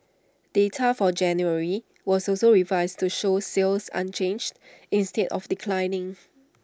data for January was also revised to show sales unchanged instead of declining